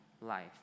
life